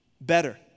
better